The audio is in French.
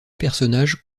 personnages